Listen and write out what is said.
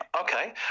Okay